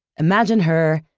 imagine her,